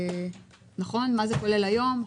מה זה כולל היום.